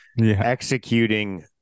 executing